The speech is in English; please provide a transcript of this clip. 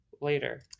later